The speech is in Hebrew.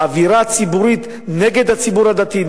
האווירה הציבורית נגד הציבור הדתי,